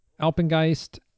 Alpengeist